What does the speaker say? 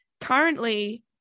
currently